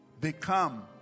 become